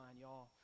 y'all